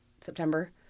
September